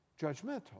judgmental